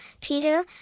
Peter